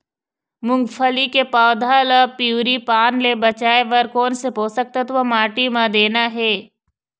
मुंगफली के पौधा ला पिवरी पान ले बचाए बर कोन से पोषक तत्व माटी म देना हे?